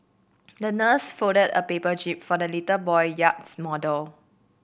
the nurse folded a paper jib for the little boy yacht model